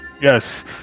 Yes